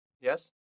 Yes